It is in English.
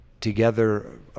together